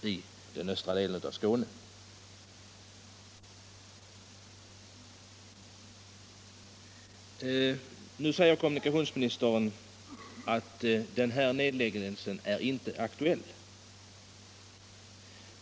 Kommunikationsministern säger nu att någon nedläggning av dessa linjer inte är aktuell.